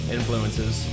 influences